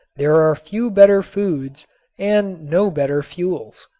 there are few better foods and no better fuels.